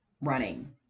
running